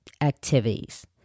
activities